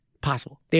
possible